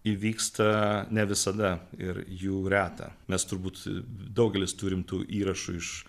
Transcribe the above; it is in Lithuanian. įvyksta ne visada ir jų reta mes turbūt daugelis turim tų įrašų iš